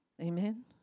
Amen